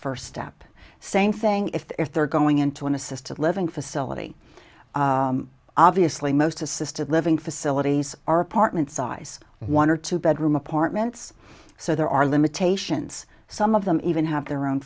first step same thing if they're going into an assisted living facility obviously most assisted living facilities are apartment size one or two bedroom apartments so there are limitations some of them even have their own